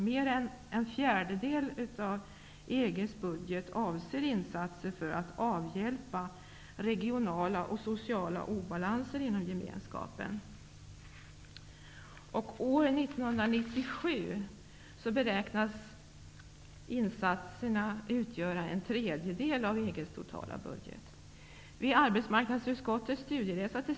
Mer än en fjärdedel av EG:s budget avser insatser för att avhjälpa regionala och sociala obalanser inom gemenskapen. År 1997 beräknas dessa insatser utgöra en tredjedel av EG:s totala budget.